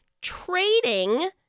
trading